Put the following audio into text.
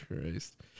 Christ